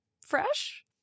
Fresh